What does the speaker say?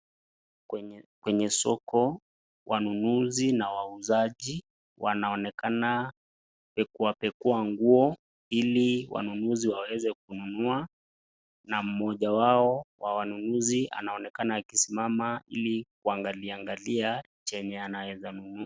Kwenye soko, wanunuzi na wauzaji wanaonekana kupekuapekua nguo ili wanunuzi waweze kununua na mmoja wao wa wanunuzi anaonekana akisimama ili kuangaliangalia chenye anaezanunua.